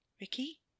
Ricky